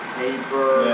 paper